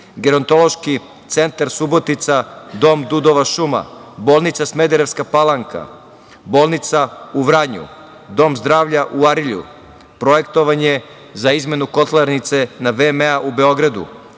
Gerontološki centar Subotica – Dom „Dudova šuma“, bolnica Smederevska Palanka, bolnica u Vranju, Dom zdravlja u Arilju, projektovanje za izmenu kotlarnice na VMA u Beogradu.